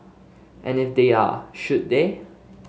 and if they are should they